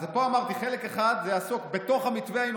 אמרתי שחלק אחד יעסוק בתוך המתווה,